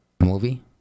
movie